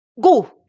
go